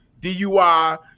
DUI